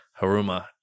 Haruma